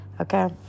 Okay